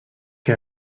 que